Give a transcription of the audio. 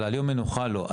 אבל על יום מנוחה לא,